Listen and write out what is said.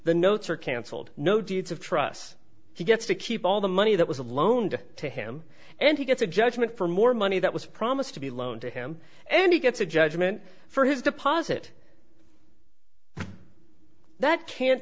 the notes are canceled no deeds of trust he gets to keep all the money that was loaned to him and he gets a judgment for more money that was promised to be loaned to him and he gets a judgment for his deposit that can't